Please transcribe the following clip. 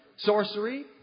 Sorcery